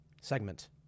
segment